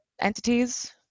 entities